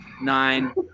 nine